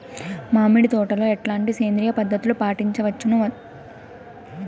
మామిడి తోటలో ఎట్లాంటి సేంద్రియ పద్ధతులు పాటించవచ్చును వచ్చును?